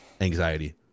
anxiety